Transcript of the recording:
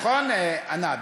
נכון, ענת?